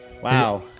Wow